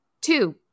Two